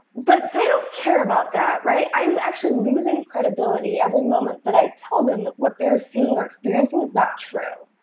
but they don't care about that. i'm actually losing credibility every moment that i tell them that what they're seeing or experiencing is not true.